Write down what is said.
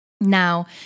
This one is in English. Now